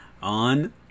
On